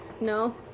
No